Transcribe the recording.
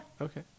Okay